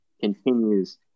continues